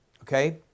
okay